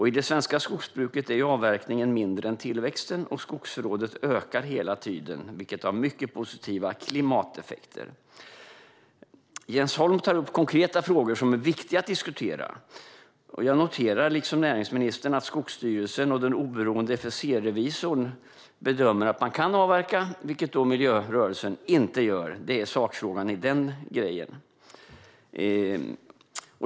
I det svenska skogsbruket är avverkningen mindre än tillväxten, och skogsförrådet ökar hela tiden, vilket har mycket positiva klimateffekter. Jens Holm tar upp konkreta frågor som är viktiga att diskutera, och i likhet med näringsministern noterar jag att Skogsstyrelsen och den oberoende FSC-revisorn bedömer att man kan avverka. Det gör dock inte miljörörelsen. Detta är sakfrågan i den delen.